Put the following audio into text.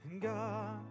God